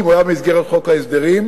אם הוא היה במסגרת חוק ההסדרים,